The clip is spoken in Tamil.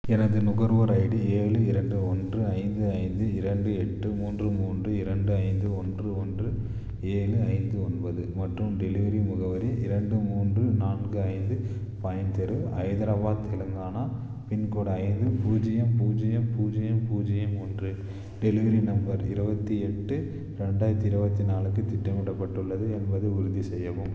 எனது நுகர்வோர் ஐடி ஏழு இரண்டு ஒன்று ஐந்து ஐந்து இரண்டு எட்டு மூன்று மூன்று இரண்டு ஐந்து ஒன்று ஒன்று ஏழு ஐந்து ஒன்பது மற்றும் டெலிவரி முகவரி இரண்டு மூன்று நான்கு ஐந்து ஃபைன் தெரு ஹைதராபாத் தெலுங்கானா பின்கோடு ஐந்து பூஜ்ஜியம் பூஜ்ஜியம் பூஜ்ஜியம் பூஜ்ஜியம் ஒன்று டெலிவரி நம்பர் இருபத்தி எட்டு ரெண்டாயிரத்தி இருபத்தி நாலுக்கு திட்டமிடப்பட்டுள்ளது என்பதை உறுதி செய்யவும்